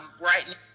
right